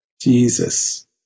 Jesus